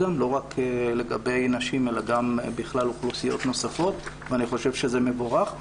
לא רק לגבי נשים אלא גם בכלל אוכלוסיות נוספות ואני חושב שזה מבורך.